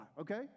okay